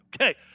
Okay